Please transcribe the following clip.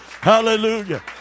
hallelujah